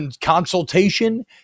consultation